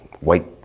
White